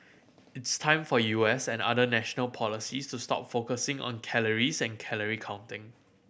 it's time for U S and other national policies to stop focusing on calories and calorie counting